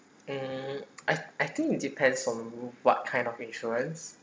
mm I I think it depends on what kind of insurance